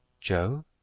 Joe